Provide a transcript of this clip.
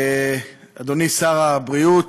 אדוני, שר הבריאות,